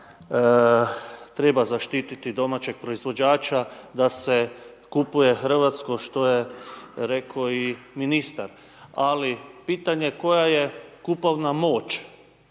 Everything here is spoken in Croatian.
treba zaštititi domaćeg proizvođača, da se kupuje hrvatsko, što je rekao i ministar, ali pitanje koja je kupovna moć